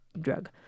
drug